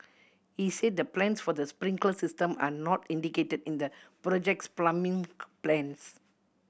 he said the plans for the sprinkler system are not indicated in the project's plumbing plans